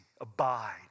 abide